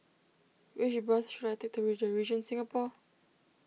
which bus should I take to the Regent Singapore